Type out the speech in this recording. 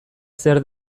zer